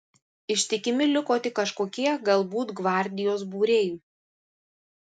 ištikimi liko tik kažkokie galbūt gvardijos būriai